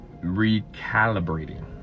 recalibrating